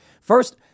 First